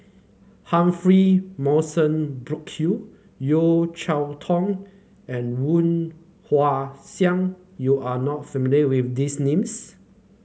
Humphrey Morrison Burkill Yeo Cheow Tong and Woon Wah Siang you are not familiar with these names